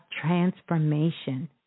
transformation